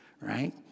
right